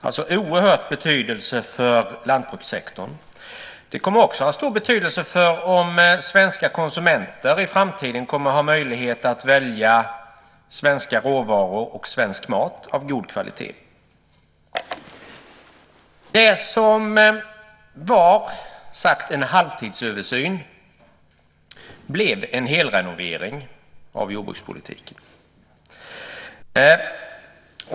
De har oerhörd betydelse för lantbrukssektorn. De kommer också att ha stor betydelse för om svenska konsumenter i framtiden kommer att ha möjlighet att välja svenska råvaror och svensk mat av god kvalitet. Det som var sagt skulle vara en halvtidsöversyn blev en helrenovering av jordbrukspolitiken.